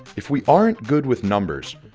if we aren't good with numbers,